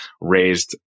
raised